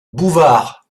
bouvard